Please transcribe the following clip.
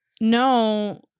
no